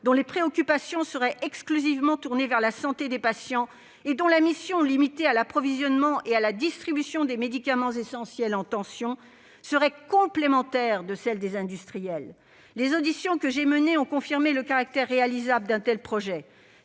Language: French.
dont les préoccupations seraient exclusivement tournées vers la santé des patients et dont la mission, limitée à l'approvisionnement et à la distribution des médicaments essentiels en tension, serait complémentaire de celle des industriels. Les auditions que j'ai menées ont confirmé le caractère réalisable d'un tel projet